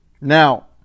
Now